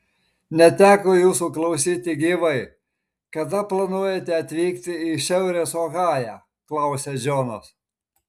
neteko jūsų klausyti gyvai kada planuojate atvykti į šiaurės ohają klausia džonas